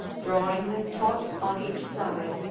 drawing them taut on each side,